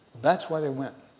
that's why they went.